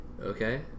Okay